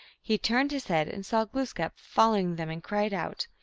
he turned his head and saw glooskap following them, and cried out,